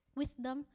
wisdom